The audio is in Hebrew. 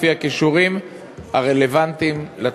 לפי הכישורים הרלוונטיים לתפקיד.